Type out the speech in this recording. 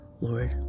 Lord